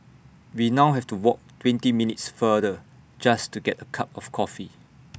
we now have to walk twenty minutes farther just to get A cup of coffee